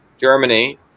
Germany